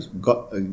got